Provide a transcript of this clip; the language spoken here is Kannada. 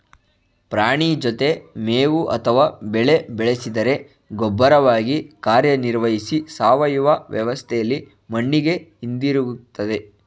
ಪ್ರಾಣಿ ಜೊತೆ ಮೇವು ಅಥವಾ ಬೆಳೆ ಬೆಳೆಸಿದರೆ ಗೊಬ್ಬರವಾಗಿ ಕಾರ್ಯನಿರ್ವಹಿಸಿ ಸಾವಯವ ವ್ಯವಸ್ಥೆಲಿ ಮಣ್ಣಿಗೆ ಹಿಂದಿರುಗ್ತದೆ